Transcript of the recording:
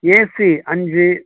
AC அஞ்சு